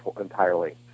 entirely